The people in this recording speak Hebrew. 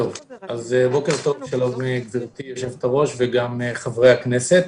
בוקר טוב, שלום גברתי יושבת-הראש וגם חברי הכנסת.